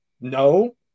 no